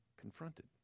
confronted